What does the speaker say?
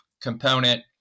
component